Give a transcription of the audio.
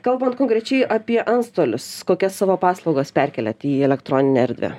kalbant konkrečiai apie antstolius kokias savo paslaugas perkeliat į elektroninę erdvę